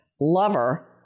lover